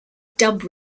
dub